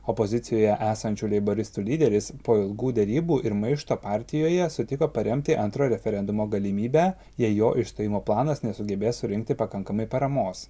opozicijoje esančių leiboristų lyderis po ilgų derybų ir maišto partijoje sutiko paremti antro referendumo galimybę jei jo išstojimo planas nesugebės surinkti pakankamai paramos